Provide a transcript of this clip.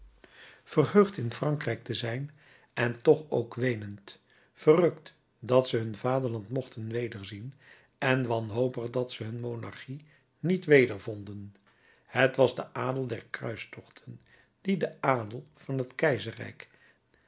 verheugd in frankrijk te zijn en toch ook weenend verrukt dat ze hun vaderland mochten wederzien en wanhopig dat ze hun monarchie niet wedervonden het was de adel der kruistochten die den adel van het keizerrijk